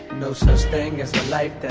no such thing as a life